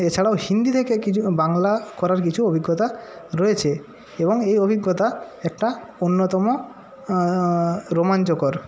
এছাড়াও হিন্দি থেকে কিছু বাংলা করার কিছু অভিজ্ঞতা রয়েছে এবং এই অভিজ্ঞতা একটা অন্যতম রোমাঞ্চকর